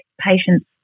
patients